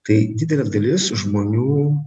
tai didelė dalis žmonių